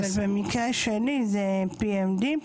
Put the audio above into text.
אבל במקרה שלי זה PMD,